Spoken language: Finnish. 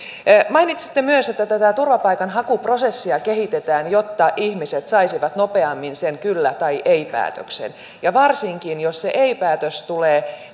mainitsitte myös että tätä turvapaikanhakuprosessia kehitetään jotta ihmiset saisivat nopeammin sen kyllä tai ei päätöksen ja varsinkin jos se ei päätös tulee